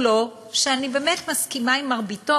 שאני באמת מסכימה עם רובו,